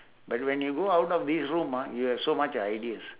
but when you go out of this room ah you have so much ideas